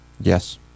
Yes